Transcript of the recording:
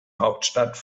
hauptstadt